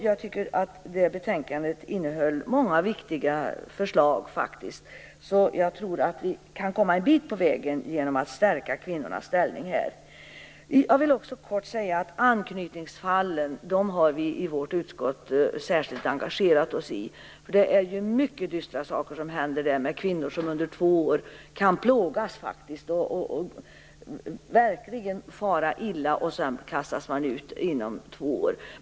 Jag tycker att betänkandet innehöll många viktiga förslag. Jag tror att vi kan komma en bit på vägen genom att stärka kvinnornas ställning. Jag vill också kort säga att anknytningsfallen har vi i vårt utskott särskilt engagerat oss i. Det är mycket dystra saker som händer med kvinnor som under två år kan plågas och verkligen fara illa, och sedan kastas de ut.